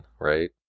right